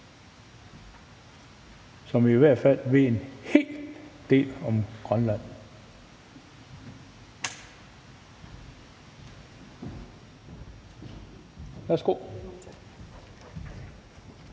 som i hvert fald ved en hel del om Grønland. Værsgo.